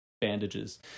bandages